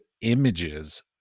images